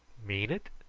mean it?